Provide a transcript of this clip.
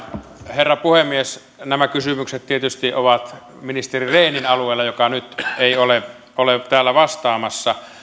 herra puhemies nämä kysymykset tietysti ovat ministeri rehnin alueella joka nyt ei ole täällä vastaamassa